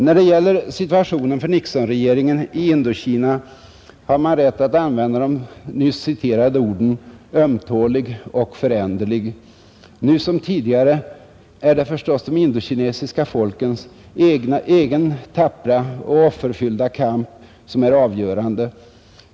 När det gäller situationen för Nixonregeringen i Indokina har man rätt att använda de nyss citerade orden ömtålig och föränderlig. Nu som tidigare är det förstås de indokinesiska folkens egen tappra och offerfyllda kamp som är avgörande.